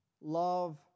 love